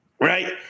Right